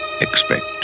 Expect